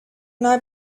not